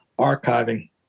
archiving